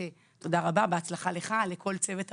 תודה רבה, בהצלחה לך, לכל צוות הוועדה,